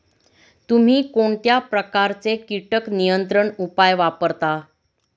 तुम्ही कोणत्या प्रकारचे कीटक नियंत्रण उपाय वापरता?